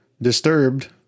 disturbed